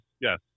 Yes